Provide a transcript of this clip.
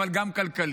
אבל גם כלכלי.